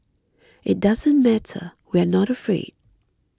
it doesn't matter we are not afraid